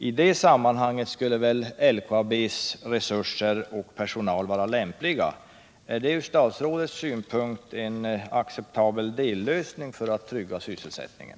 I det sammanhanget skulle LKAB:s resurser och personal vara lämpliga. Är det ur statsrådets synpunkt en acceptabel dellösning för att trygga sysselsättningen?